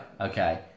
Okay